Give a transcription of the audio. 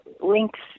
links